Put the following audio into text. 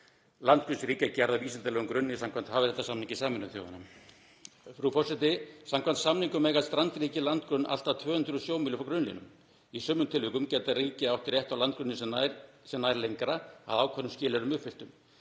landgrunns ríkja gerð á vísindalegum grunni samkvæmt hafréttarsamningi Sameinuðu þjóðanna. Frú forseti. Samkvæmt samningnum eiga strandríki landgrunn allt að 200 sjómílum frá grunnlínum. Í sumum tilvikum getur ríkið átt rétt á landgrunni sem nær lengra, að ákveðnum skilyrðum uppfylltum.